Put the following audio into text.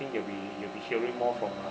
you'll be you'll be hearing more from